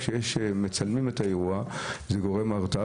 כשמצלמים את האירוע זה גורם מרתיע,